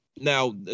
Now